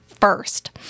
first